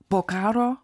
po karo